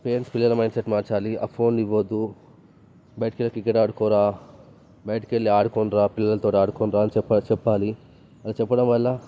parents పిల్లల mind సెట్ని మార్చాలి ఆ ఫోన్లు ఇవ్వద్దు బయటకి వెళ్ళి క్రికెట్ ఆడుకోరా బయటకి వెళ్ళి ఆడుకోండ్రా పిల్లలతో ఆడుకోండ్రా అని చెప్పా చెప్పాలి అలా చెప్పడం వల్ల